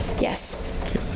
Yes